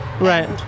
Right